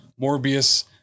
Morbius